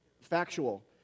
factual